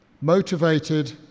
motivated